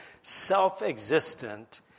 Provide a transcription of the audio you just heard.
self-existent